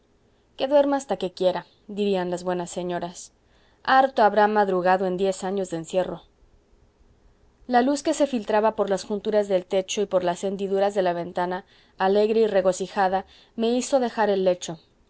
que duerma hasta que quiera dirían las buenas señoras harto habrá madrugado en diez años de encierro la luz que se filtraba por las junturas del techo y por las hendiduras de la ventana alegre y regocijada me hizo dejar el lecho